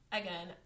again